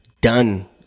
done